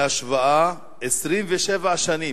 ולהשוואה של 27 שנים,